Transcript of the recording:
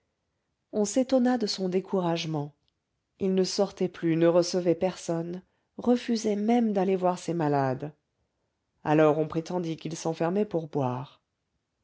on s'étonna de son découragement il ne sortait plus ne recevait personne refusait même d'aller voir ses malades alors on prétendit qu'il s'enfermait pour boire